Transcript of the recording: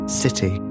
city